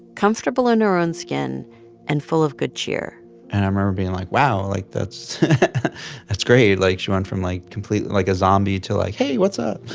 comfortable in her own skin and full of good cheer and i remember being like, wow. like, that's that's great. like, she went from, like, completely like a zombie to, like, hey. what's up?